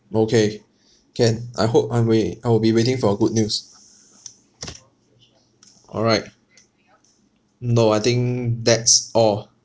okay can I hope I will I will be waiting for your good news all right no I think that's all